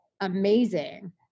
amazing